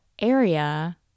area